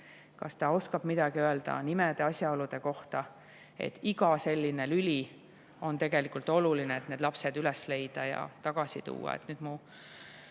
kas ta oskab midagi öelda nimede, asjaolude kohta. Iga selline lüli on tegelikult oluline, et need lapsed üles leida ja tagasi tuua.